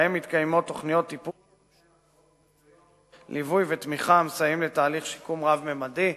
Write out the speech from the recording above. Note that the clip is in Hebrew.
ובהם מתקיימות תוכניות ליווי ותמיכה המסייעות לתהליך שיקום רב-ממדי.